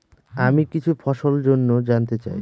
আমি কিছু ফসল জন্য জানতে চাই